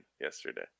yesterday